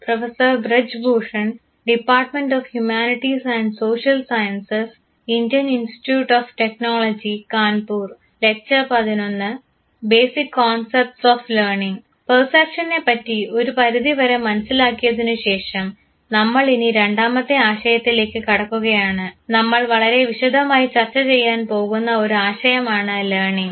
പെർസെപ്ഷനെ പറ്റി ഒരു പരിധിവരെ മനസ്സിലാക്കിയതിനുശേഷം നമ്മൾ ഇനി രണ്ടാമത്തെ ആശയത്തിലേക്ക് കടക്കുകയാണ് നമ്മൾ വളരെ വിശദമായി ചർച്ച ചെയ്യാൻ പോകുന്ന ഒരു ആശയമാണ് ലേണിങ്